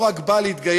הוא רק בא להתגייס,